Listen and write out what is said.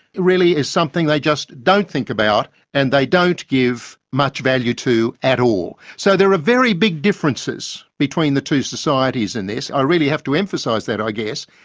really is something they just don't think about and they don't give much value to at all. so there are very big differences between the two societies in this. i really have to emphasise that i guess.